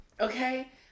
Okay